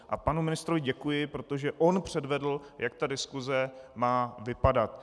A panu ministrovi děkuji, protože on předvedl, jak ta diskuse má vypadat.